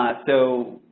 so,